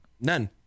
None